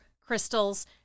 crystals